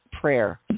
Prayer